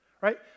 right